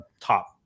top